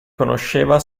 conosceva